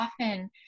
often